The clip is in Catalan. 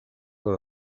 per